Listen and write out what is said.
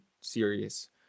serious